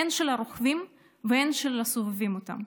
הן של הרוכבים והן של הסובבים אותם.